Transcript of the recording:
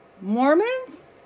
Mormons